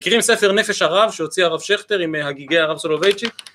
מכירים ספר נפש הרב שהוציאה הרב שכטר עם הגיגי הרב סולובייצ'י